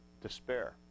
despair